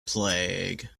plague